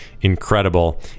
incredible